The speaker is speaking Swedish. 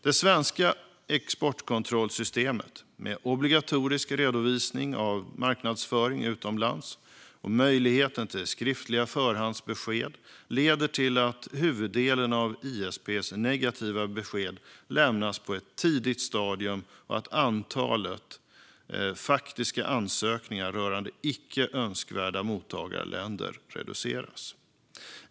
Det svenska exportkontrollsystemet, med obligatorisk redovisning av marknadsföring utomlands och möjlighet till skriftliga förhandsbesked, leder till att huvuddelen av ISP:s negativa besked lämnas på ett tidigt stadium och att antalet faktiska ansökningar rörande icke önskvärda mottagarländer reduceras.